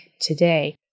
today